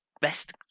best